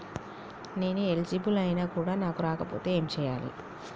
నేను ఎలిజిబుల్ ఐనా కూడా నాకు రాకపోతే ఏం చేయాలి?